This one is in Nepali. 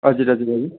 हजुर हजुर हजुर